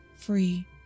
free